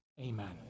Amen